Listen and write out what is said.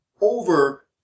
over